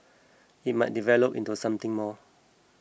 it might develop into something more